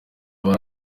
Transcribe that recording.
hari